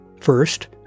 First